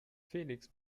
felix